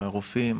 רופאים,